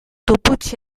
tupust